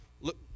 Look